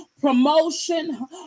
Promotion